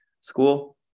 school